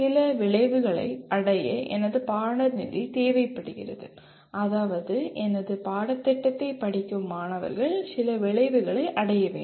சில விளைவுகளை அடைய எனது பாடநெறி தேவைப்படுகிறது அதாவது எனது பாடத்திட்டத்தை படிக்கும் மாணவர்கள் சில விளைவுகளை அடைய வேண்டும்